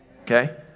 okay